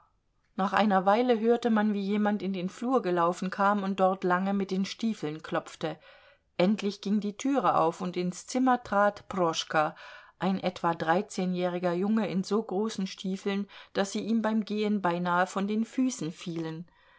nach einer weile hörte man wie jemand in den flur gelaufen kam und dort lange mit den stiefeln klopfte endlich ging die türe auf und ins zimmer trat proschka ein etwa dreizehnjähriger junge in so großen stiefeln daß sie ihm beim gehen beinahe von den füßen fielen